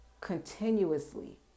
Continuously